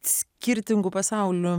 skirtingų pasaulių